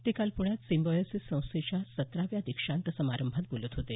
ते काल प्रण्यात सिम्बॉयसिस संस्थेच्या सतराव्या दीक्षांत समारंभात बोलत होते